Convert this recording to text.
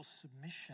submission